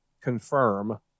confirm